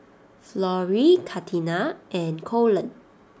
Florie Katina and Colon